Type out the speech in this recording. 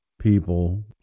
people